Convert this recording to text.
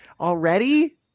Already